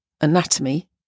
anatomy